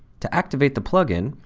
to activate the plugin,